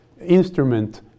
instrument